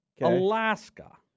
Alaska